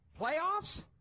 playoffs